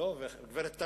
הגברת תמיר,